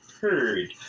heard